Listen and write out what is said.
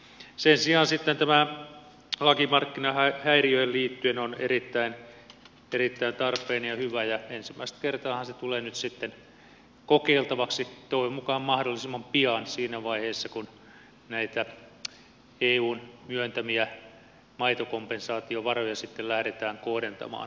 sen sijaan laki markkinahäiriöön liittyen on erittäin tarpeen ja hyvä ja ensimmäistä kertaahan se tulee nyt sitten kokeiltavaksi toivon mukaan mahdollisimman pian siinä vaiheessa kun näitä eun myöntämiä maitokompensaatiovaroja sitten lähdetään kohdentamaan tilatasolla